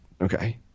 Okay